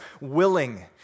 willing